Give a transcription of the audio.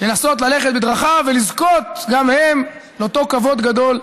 לנסות ללכת בדרכיו ולזכות גם הם לאותו "כבוד גדול",